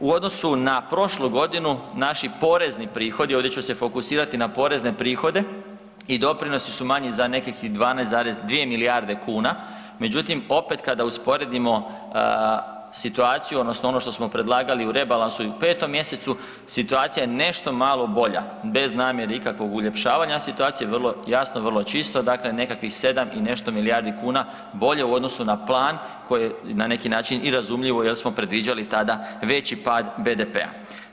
U odnosu na prošlu godinu naši porezni prihodi, ovdje ću se fokusirati na porezne prihode i doprinosi su manji za nekih 12,2 milijarde kuna, međutim opet kada usporedimo situaciju odnosno ono što smo predlagali i u rebalansu i u 5. mjesecu situacija je nešto malo bolja bez namjere ikakvog uljepšavanja situacije, vrlo jasno, vrlo čisto, dakle nekakvih 7 i nešto milijardi kuna bolje u odnosu na plan koje je na neki način i razumljivo jer smo predviđali tada veći pad BDP-a.